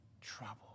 trouble